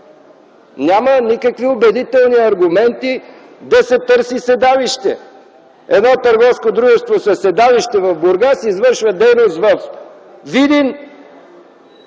Няма никакви убедителни аргументи да се търси седалище. Едно търговско дружество със седалище в Бургас извършва дейност във Видин.